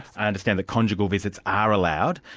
i understand that conjugal visits are allowed,